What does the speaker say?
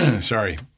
sorry